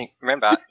remember